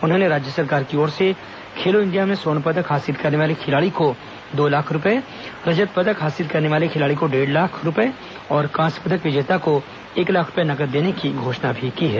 उन्होंने राज्य सरकार की ओर से खेलो इंडिया में स्वर्ण पदक हासिल करने वाले खिलाड़ी को दो लाख रुपए रजत पदक हासिल करने वाले खिलाड़ी को डेढ़ लाख और कांस्य पदक विजेता को एक लाख रुपए नगद देने की घोषणा की है